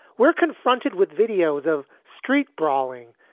we're confronted with videos of street brawling,